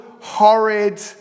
horrid